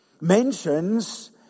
mentions